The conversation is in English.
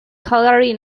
calgary